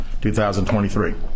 2023